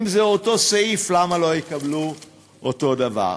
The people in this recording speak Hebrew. אם זה אותו סעיף, למה לא יקבלו אותו דבר?